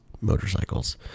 motorcycles